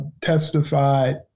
testified